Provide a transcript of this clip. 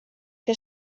que